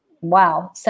wow